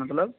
मतलब